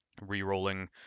re-rolling